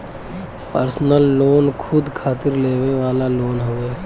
personal loan खुद खातिर लेवे वाला लोन हउवे